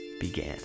began